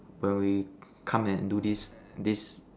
when we come and do this this